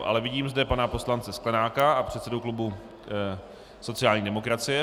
Ale vidím zde pana poslance Sklenáka, předsedu klubu sociální demokracie.